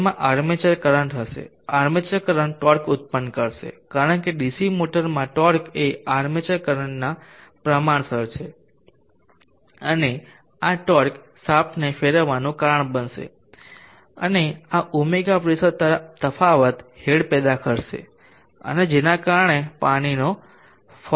તેમાં armature current હશે armature current torque ઉત્પન્ન કરશે કારણ કે ડીસી મોટરમાં ટોર્ક એ આર્માચર કરંટના પ્રમાણસર છે અને આ ટોર્ક શાફ્ટને ફેરવવાનું કારણ બનશે અને આ ɷ પ્રેશર તફાવત હેડ પેદા કરશે અને જેના કારણે પાણી નો ફલોથશે